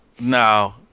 no